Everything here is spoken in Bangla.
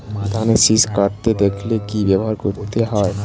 ধানের শিষ কাটতে দেখালে কি ব্যবহার করতে হয়?